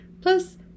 Plus